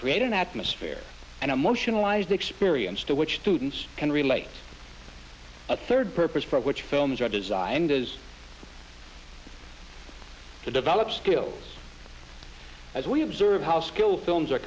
create an atmosphere and emotionalized experience to which students can relate a third purpose for which films are designed as to develop skills as we observe how skilled films are